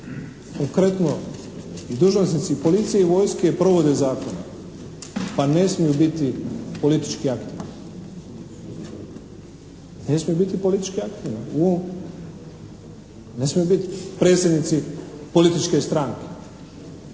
Konkretno, i dužnosnici i policije i vojske provode zakone pa ne smiju biti politički aktivni. Ne smiju biti politički aktivni. Ne smiju biti predsjednici političke stranke,